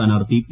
സ്ഥാനാർത്ഥി പി